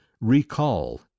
Recall